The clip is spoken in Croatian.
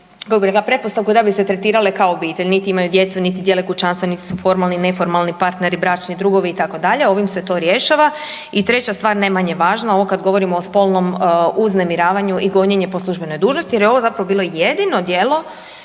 zakonsku pretpostavku da bi se tretirale kao obitelj. Niti imaju djecu niti dijele kućanstva niti su formalni i neformalni partneri, bračni drugovi, itd., ovim se to rješava. I treća stvar, ne manje važna, ovo kad govorimo o spolnom uznemiravanju, i gonjenje po službenoj dužnosti jer je ovo zapravo bilo jedino djelo